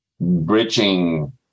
bridging